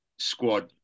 squad